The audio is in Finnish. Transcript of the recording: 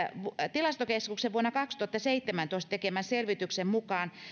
tilastokeskuksen vuonna kaksituhattaseitsemäntoista tekemän selvityksen mukaan